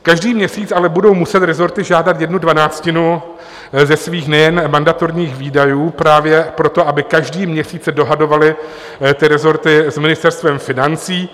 Každý měsíc ale budou muset rezorty žádat jednu dvanáctinu ze svých nejen mandatorních výdajů právě proto, aby každý měsíc se dohadovaly ty rezorty s Ministerstvem financí.